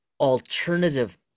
alternative